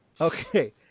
Okay